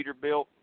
Peterbilt